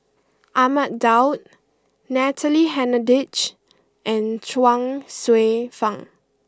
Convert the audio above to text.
Ahmad Daud Natalie Hennedige and Chuang Hsueh Fang